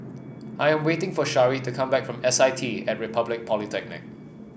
I am waiting for Shari to come back from S I T at Republic Polytechnic